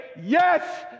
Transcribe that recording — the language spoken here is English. yes